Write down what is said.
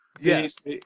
Yes